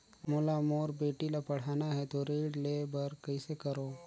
मोला मोर बेटी ला पढ़ाना है तो ऋण ले बर कइसे करो